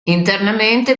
internamente